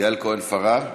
יעל כהן-פארן.